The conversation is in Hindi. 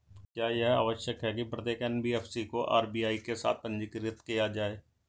क्या यह आवश्यक है कि प्रत्येक एन.बी.एफ.सी को आर.बी.आई के साथ पंजीकृत किया जाए?